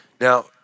Now